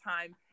time